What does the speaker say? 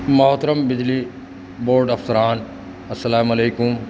محترم بجلی بورڈ افسران السلام علیکم